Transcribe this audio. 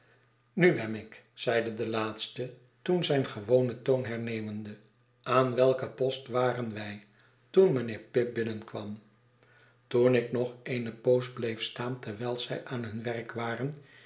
nu wemmick zeide de laatste toen zijn gewonen toon hernemende aan welken post waren wij toen mijnheer pip binnenkwam toen ik nog eene poos bleef staan terwijl zij aan hun werk waren